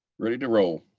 ready to roll.